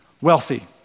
wealthy